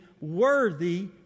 worthy